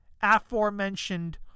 aforementioned